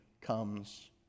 comes